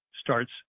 starts